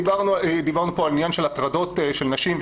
דיברנו פה על עניין של הטרדות של נשים,